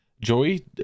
Joey